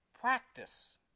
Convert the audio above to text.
practice